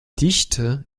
dichte